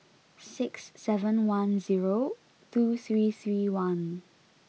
six seven one zero two three three one